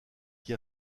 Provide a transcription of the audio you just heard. qui